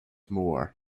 more